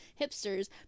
hipsters